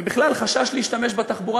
ובכלל חשש להשתמש בתחבורה,